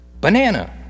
Banana